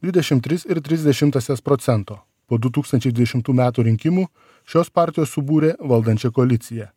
dvidešim tris ir tris dešimtąsias procento po du tūkstančiai dvidešimtų metų rinkimų šios partijos subūrė valdančią koaliciją